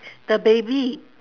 the baby